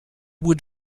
wood